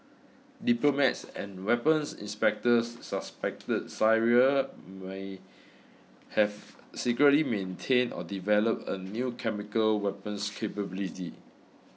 diplomats and weapons inspectors suspected Syria may have secretly maintained or developed a new chemical weapons capability